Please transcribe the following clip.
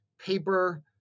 paper